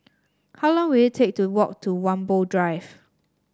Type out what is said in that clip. how long will it take to walk to Whampoa Drive